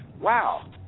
wow